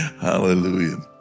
Hallelujah